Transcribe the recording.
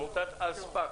עמותת "אל ספאם",